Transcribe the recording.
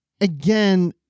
again